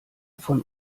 von